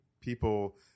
people